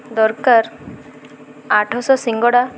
ଦରକାର ଆଠଶହ ସିଙ୍ଗଡ଼ା